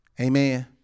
Amen